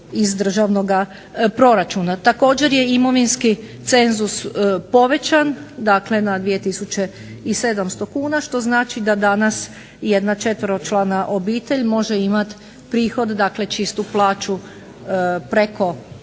iz državnoga proračuna. Također je imovinski cenzus povećan, dakle na 2 tisuće i 700 kuna, što znači da danas jedna četveročlana obitelj može imati prihod, dakle čistu plaću preko